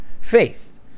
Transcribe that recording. faith